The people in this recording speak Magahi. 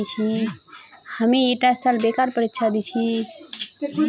हामी ईटा साल बैंकेर परीक्षा दी छि